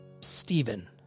Stephen